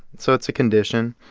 so it's a condition.